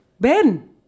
ben